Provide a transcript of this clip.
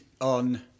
on